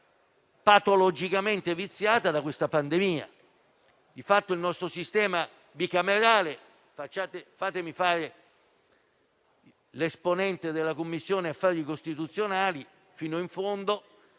patologicamente viziata, dalla pandemia. Di fatto il nostro sistema bicamerale - fatemi fare l'esponente della Commissione affari costituzionali fino in fondo